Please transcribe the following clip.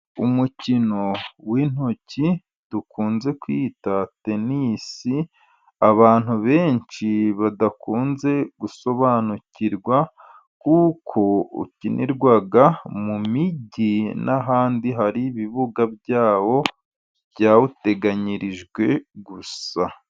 Umukino w'intoki dukunze kwita tenisi, abantu benshi badakunze gusobanukirwa, kuko ukinirwa mu mijyi n'ahandi hari ibibuga byawo, byawuteganyirijwe gusa.